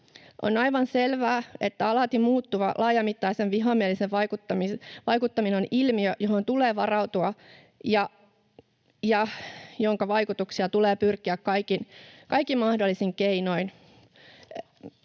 On aivan selvää, että alati muuttuva laajamittainen vihamielinen vaikuttaminen on ilmiö, johon tulee varautua ja jonka vaikutuksia tulee pyrkiä kaikin mahdollisin keinoin